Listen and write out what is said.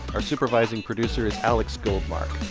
our supervising producer is alex goldmark.